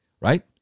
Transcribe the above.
Right